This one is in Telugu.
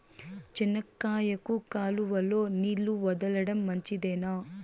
చెనక్కాయకు కాలువలో నీళ్లు వదలడం మంచిదేనా?